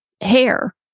hair